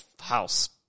House